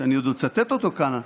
שאני עוד אצטט אותו כאן הבוקר,